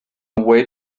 away